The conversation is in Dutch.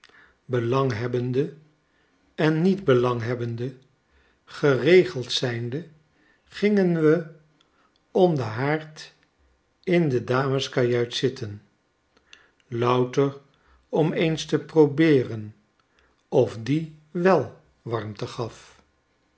belanghebbende en niet belanghebbende geregeld zijnde gingen we om den haard in de dameskajuit zitten louter om eens te probeeren of die wel warmte gaf